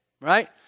Right